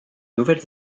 nouvelle